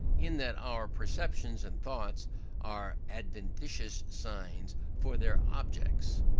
in that our perceptions and thoughts are adventitious signs for their objects,